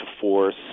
force